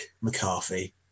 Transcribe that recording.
McCarthy